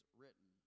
written